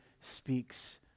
speaks